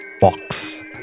box